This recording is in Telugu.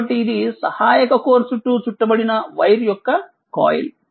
కాబట్టిఇది సహాయక కోర్ చుట్టూ చుట్టబడిన వైర్ యొక్క కాయిల్